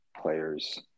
players